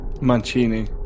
Mancini